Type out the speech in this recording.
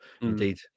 indeed